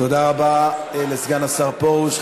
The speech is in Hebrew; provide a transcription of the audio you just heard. תודה רבה לסגן השר פרוש.